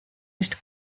nicht